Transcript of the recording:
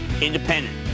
Independent